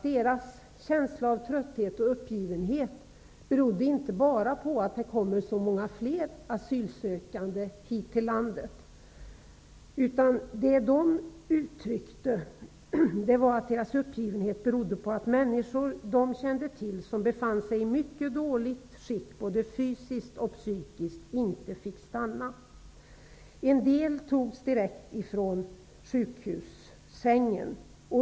Deras känsla av trötthet och uppgivenhet berodde inte bara på att det kommer så många fler asylsökande hit till landet, utan på att de kände till människor som befann sig i mycket dåligt skick, både fysiskt och psykiskt, men som inte fick stanna. En del togs direkt från sjukhussängen.